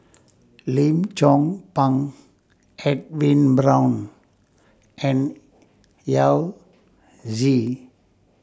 Lim Chong Pang Edwin Brown and Yao Zi